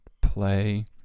play